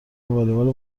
والیبال